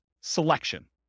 selection